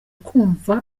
kwumva